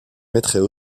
mettrait